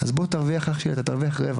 אז בוא תרוויח, אתה תרוויח רבע